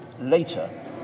later